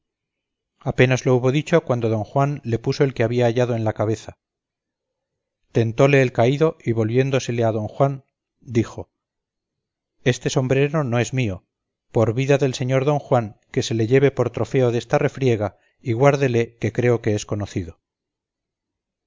apenas lo hubo dicho cuando don juan le puso el que había hallado en la cabeza tentóle el caído y volviéndosele a don juan dijo este sombrero no es mío por vida del señor don juan que se le lleve por trofeo desta refriega y guárdele que creo que es conocido